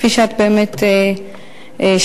כפי שאת באמת אמרת,